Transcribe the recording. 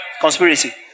Conspiracy